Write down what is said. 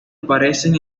aparecen